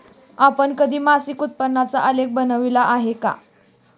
आपण कधी मासिक उत्पन्नाचा आलेख बनविला आहे का?